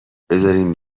بذارین